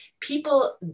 people